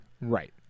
Right